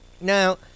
Now